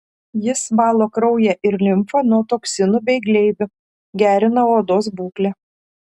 jis valo kraują ir limfą nuo toksinų bei gleivių gerina odos būklę